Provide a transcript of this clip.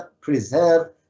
preserve